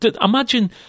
imagine